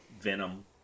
venom